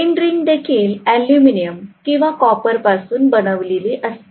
end ring देखील aluminium किंवा कॉपरपासून बनवलेली असते